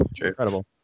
incredible